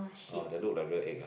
ah they looked like real egg ah